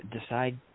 decide